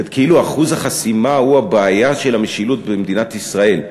כאילו אחוז החסימה הוא הבעיה של המשילות במדינת ישראל.